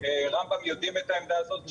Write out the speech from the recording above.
רמב"ם יודעים את העמדה הזאת שלנו,